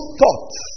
thoughts